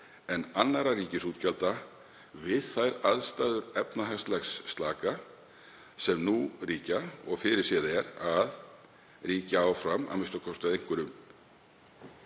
en annarra ríkisútgjalda við þær aðstæður efnahagslegs slaka sem nú ríkja og fyrirséð er að ríki áfram a.m.k. að einhverju